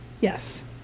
Yes